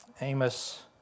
Amos